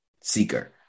seeker